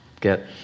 get